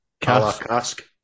cask